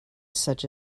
such